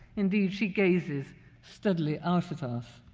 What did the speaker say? indeed, she gazes steadily out at us.